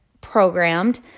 programmed